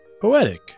poetic